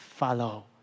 follow